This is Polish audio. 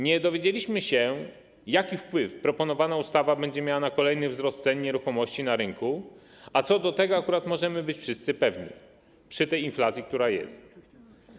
Nie dowiedzieliśmy się, jaki wpływ proponowana ustawa będzie miała na kolejny wzrost cen nieruchomości na rynku, a co do tego akurat możemy być wszyscy pewni przy tej inflacji, która jest.